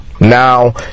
Now